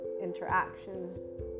interactions